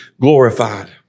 glorified